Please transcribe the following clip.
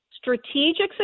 strategic